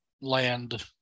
land